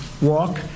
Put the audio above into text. walk